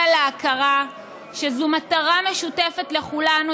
שזו מטרה משותפת לכולנו,